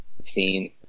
scene